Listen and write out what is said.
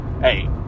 hey